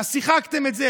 אז שיחקתם את זה,